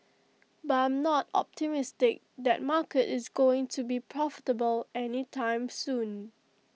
but I'm not optimistic that market is going to be profitable any time soon